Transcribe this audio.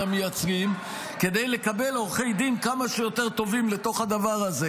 המייצגים כדי לקבל עורכי דין כמה שיותר טובים לתוך הדבר הזה.